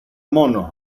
μόνο